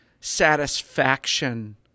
satisfaction